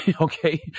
Okay